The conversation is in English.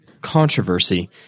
controversy